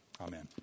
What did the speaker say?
Amen